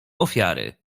ofiary